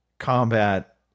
combat